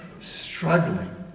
struggling